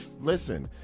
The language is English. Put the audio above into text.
Listen